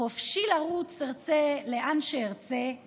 חופשי לרוץ לאן שארצה/